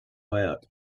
out